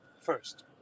first